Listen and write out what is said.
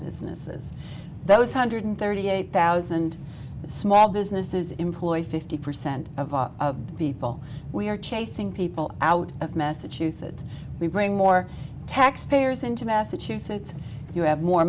businesses those hundred thirty eight thousand small businesses employ fifty percent of our people we are chasing people out of massachusetts we bring more tax payers into massachusetts you have more